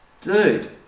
Dude